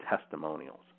testimonials